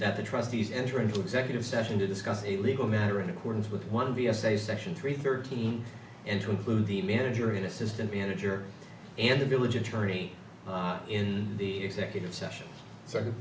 that the trustees enter into executive session to discuss a legal matter in accordance with one vs a section three thirteen and to include the manager an assistant manager and the village attorney in the executive session s